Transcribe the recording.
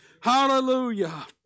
Hallelujah